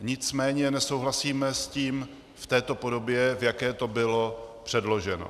Nicméně nesouhlasíme s tím v této podobě, v jaké to bylo předloženo.